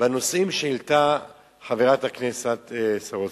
בנושאים שהעלתה חברת הכנסת סולודקין,